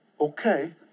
okay